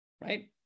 right